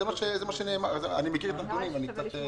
אני מכיר את הדברים.